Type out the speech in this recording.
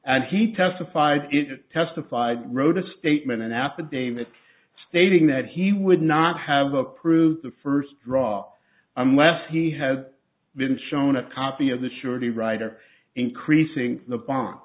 and he testified it testified wrote a statement an affidavit stating that he would not have approved the first drop unless he had been shown a copy of the surety rider increasing the bo